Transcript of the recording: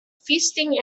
feasting